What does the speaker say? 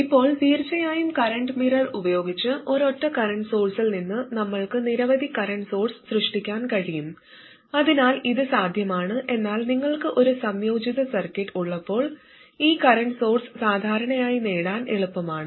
ഇപ്പോൾ തീർച്ചയായും current mirror ഉപയോഗിച്ച് ഒരൊറ്റ കറന്റ് സോഴ്സിൽ നിന്ന് നമ്മൾക്ക് നിരവധി കറന്റ് സോഴ്സ് സൃഷ്ടിക്കാൻ കഴിയും അതിനാൽ ഇത് സാധ്യമാണ് എന്നാൽ നിങ്ങൾക്ക് ഒരു സംയോജിത സർക്യൂട്ട് ഉള്ളപ്പോൾ ഈ കറന്റ് സോഴ്സ് സാധാരണയായി നേടാൻ എളുപ്പമാണ്